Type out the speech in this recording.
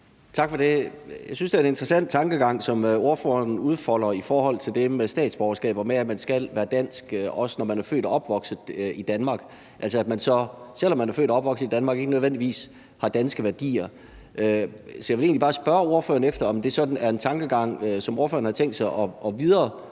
Tak for det. Jeg synes, det er en interessant tankegang, ordføreren udfolder i forhold til det med statsborgerskab og det med, at man skal være dansk, også når man er født og opvokset i Danmark – altså at man, selv om man er født og opvokset i Danmark, ikke nødvendigvis har danske værdier. Så jeg vil egentlig bare spørge ordføreren, om det sådan er en tankegang, som ordføreren har tænkt sig at videreføre